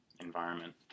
environment